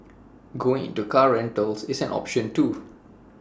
going into car rentals is an option too